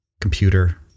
computer